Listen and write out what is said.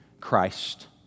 Christ